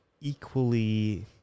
equally